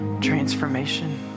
transformation